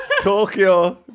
Tokyo